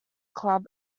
club